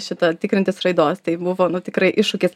šita tikrintis raidos tai buvo tikrai iššūkis